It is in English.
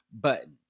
button